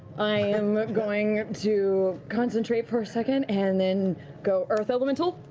i'm going to concentrate for a second, and then go earth elemental.